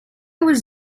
was